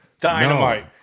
Dynamite